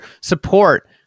support